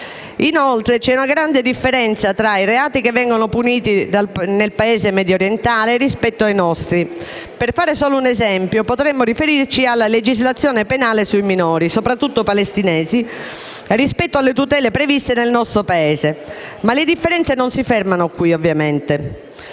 Inoltre, c'è una grande differenza tra i reati che vengono puniti nel Paese mediorientale rispetto a quelli che vengono puniti nel nostro. Per fare solo un esempio, potremmo riferirci alla legislazione penale sui minori, soprattutto palestinesi, rispetto alle tutele previste nel nostro Paese, ma le differenze non si fermano qui, ovviamente.